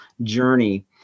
journey